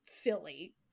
silly